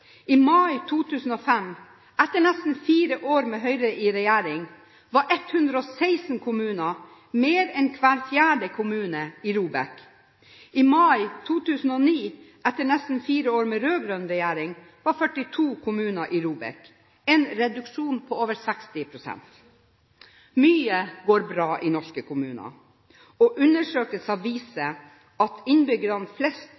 I mai 2005, etter nesten fire år med Høyre i regjering, var 116 kommuner, mer enn hver fjerde kommune, i ROBEK. I mai 2009, etter nesten fire år med rød-grønn regjering, var 42 kommuner i ROBEK, en reduksjon på over 60 pst. Mye går bra i norske kommuner. Undersøkelser viser at innbyggere flest